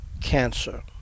cancer